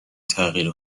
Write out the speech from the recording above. تغییر